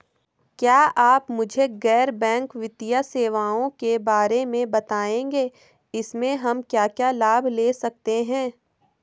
क्या आप मुझे गैर बैंक वित्तीय सेवाओं के बारे में बताएँगे इसमें हम क्या क्या लाभ ले सकते हैं?